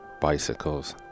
bicycles